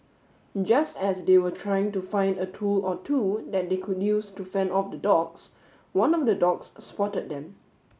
just as they were trying to find a tool or two that they could use to fend off the dogs one of the dogs spotted them